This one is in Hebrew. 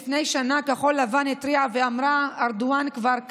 לפני שנה כחול לבן התריעה ואמרה: ארדואן כבר כאן.